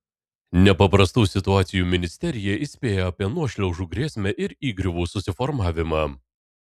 nepaprastųjų situacijų ministerija įspėja apie nuošliaužų grėsmę ir įgriuvų susiformavimą